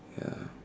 ya